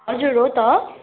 हजुर हो त